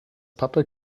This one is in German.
pappe